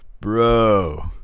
Bro